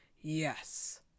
yes